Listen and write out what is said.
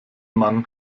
mann